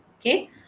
okay